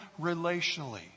relationally